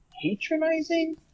patronizing